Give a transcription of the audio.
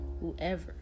whoever